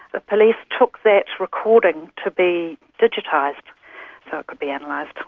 the police took that recording to be digitized so it could be analysed.